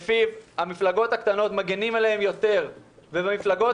לפיו מגינים יותר על המפלגות הקטנות ואילו במפלגות